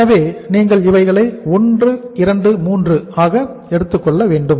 எனவே நீங்கள் இவைகளை 1 2 3 ஆக எடுத்துக்கொள்ள வேண்டும்